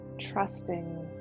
trusting